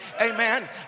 amen